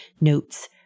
notes